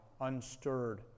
unstirred